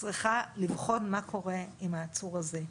צריכה לבחון מה קורה עם העצור הזה.